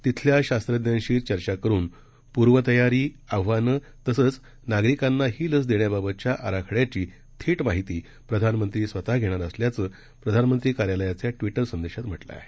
तिथल्या शास्त्रज्ञांशी चर्चा करुन पूर्वतयारी आव्हानं तसंच नागरिकांना ही लस देण्याबाबतच्या आराखड्याची थेट माहिती प्रधानमंत्री स्वतः घेणार असल्याचं प्रधानमंत्री कार्यालयाच्या ट्विटर संदेशात म्हटलं आहे